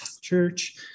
Church